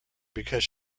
because